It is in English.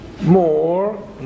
more